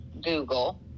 Google